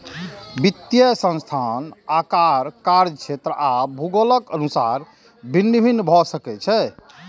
वित्तीय संस्थान आकार, कार्यक्षेत्र आ भूगोलक अनुसार भिन्न भिन्न भए सकै छै